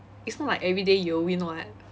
it's not like everyday you will win [what]